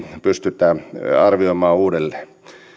pystytään arvioimaan uudelleen